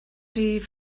rif